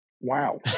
Wow